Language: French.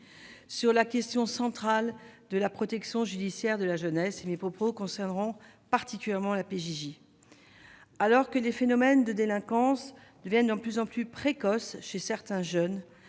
sur la question centrale de la protection judiciaire de la jeunesse et mes propos concerneront particulièrement la PJJ alors que des phénomènes de délinquance, ils viennent en plus en plus précoce chez certains jeunes,